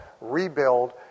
rebuild